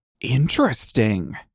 Interesting